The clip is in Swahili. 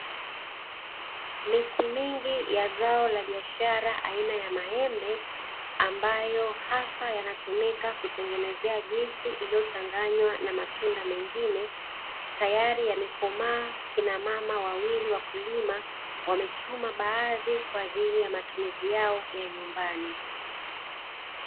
Miti mingi ya zao la biashara aina ya maembe, ambayo hasa yanatumika kutengenezea juisi iliyochanganywa na matunda mengine, tayari yamekomaa; kina mama wawili wakulima wamechuma baadhi, kwa ajili ya matumizi yao ya nyumbani.